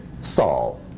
Saul